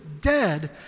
dead